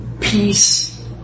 Peace